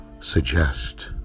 suggest